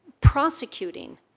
prosecuting